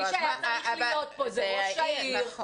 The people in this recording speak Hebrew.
מי שהיה צריך להיות פה זה ראש העיר,